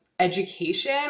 education